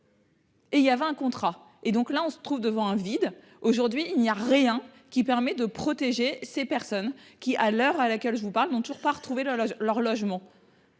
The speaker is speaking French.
Et il y avait un contrat et donc là on se trouve devant un vide aujourd'hui, il n'y a rien qui permet de protéger ces personnes qui à l'heure à laquelle je vous parle, n'ont toujours pas retrouvé leur leur